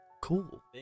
cool